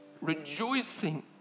Rejoicing